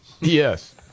Yes